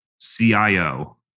CIO